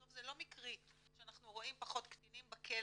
בסוף זה לא מקרי שאנחנו רואים פחות קטינים בכלא,